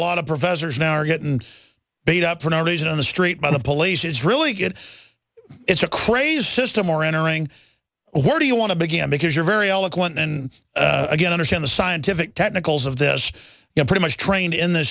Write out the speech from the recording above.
lot of professors now are getting beat up for no reason on the street by the police it's really good it's a crazy system or entering where do you want to begin because you're very eloquent and again understand the scientific technicals of this you know pretty much trained in the